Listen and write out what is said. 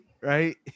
right